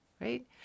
Right